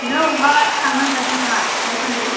नों बबेयावबा थांनो ओंखारदों नामा दासान्दि